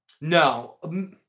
No